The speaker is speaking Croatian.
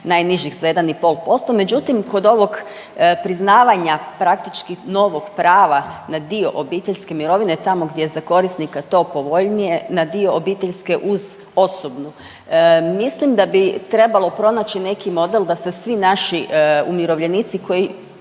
najnižih za 1 i pol posto. Međutim kod ovog priznavanja praktički novog prava na dio obiteljske mirovine tamo gdje je za korisnika to povoljnije na dio obiteljske uz osobnu. Mislim da bi trebalo pronaći neki model da se svi naši umirovljenici kojima